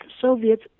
Soviets